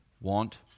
Want